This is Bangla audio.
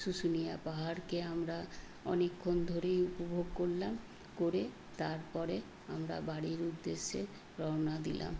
শুশুনিয়া পাহাড়কে আমরা অনেকক্ষণ ধরেই উপভোগ করলাম করে তারপরে আমরা বাড়ির উদ্দেশ্যে রওনা দিলাম